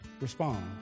respond